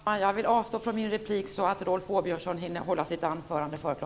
Herr talman! Jag vill avstå från min replik så att Rolf Åbjörnsson hinner hålla sitt anförande före kl.